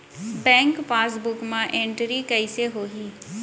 Bank passbook मा entry कइसे होही?